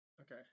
Okay